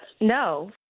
No